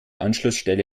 anschlussstelle